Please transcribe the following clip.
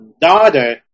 daughter